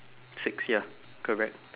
six ya correct